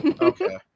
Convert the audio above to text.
Okay